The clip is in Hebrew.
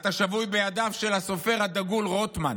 אתה שבוי בידיו של הסופר הדגול רוטמן.